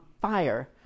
fire